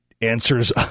answers